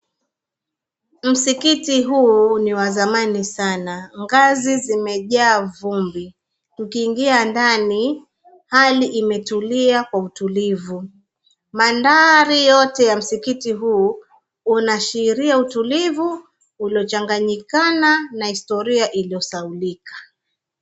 Msikiti huu ni wa zamani sana, ngazi zimejaa vumbi. Ukiingia ndani, hali imetulia kwa utulivu. Maandhari yote ya msikiti huu unaashiria utulivu uliochanganyikana na historia iliyosahaulika.